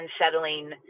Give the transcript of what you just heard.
unsettling